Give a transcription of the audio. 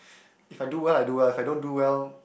if I do well I do well if I don't do well